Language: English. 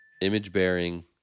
image-bearing